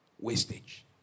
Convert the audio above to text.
wastage